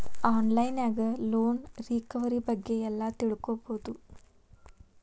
on line ನ್ಯಾಗ loan recovery ಬಗ್ಗೆ ಎಲ್ಲಾ ತಿಳ್ಕೊಬೊದು